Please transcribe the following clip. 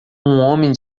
homem